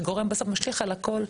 שגורם בסוף משליך על הכל,